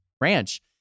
ranch